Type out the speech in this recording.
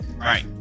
Right